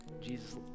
Jesus